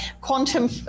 quantum